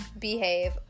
behave